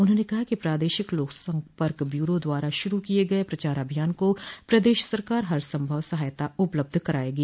उन्होंने कहा कि प्रादेशिक लोक सम्पर्क ब्यूरो द्वारा शुरू किये गये प्रचार अभियान को प्रदेश सरकार हर संभव सहायता उपलब्ध करायेगी